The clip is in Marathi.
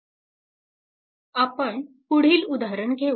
आपण पुढील उदाहरण घेऊ